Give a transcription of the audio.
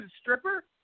stripper